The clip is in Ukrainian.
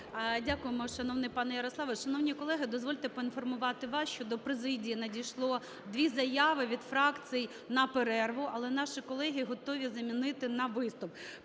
Дякуємо, шановний пане Ярославе. Шановні колеги, дозвольте поінформувати вас, що до президії надійшло дві заяви від фракцій на перерву, але наші колеги готові замінити на виступ.